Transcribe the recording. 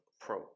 pro